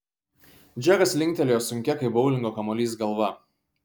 džekas linktelėjo sunkia kaip boulingo kamuolys galva